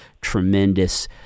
tremendous